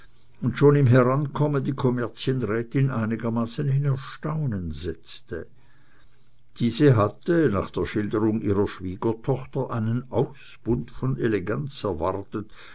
und schon im herankommen die kommerzienrätin einigermaßen in erstaunen setzte diese hatte nach der schilderung ihrer schwiegertochter einen ausbund von eleganz erwartet